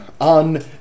on